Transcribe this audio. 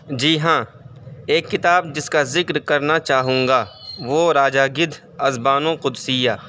جی ہاں ایک کتاب جس کا ذکر کرنا چاہوں گا وہ راجا گدھ از بانو قدسیہ